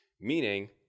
Meaning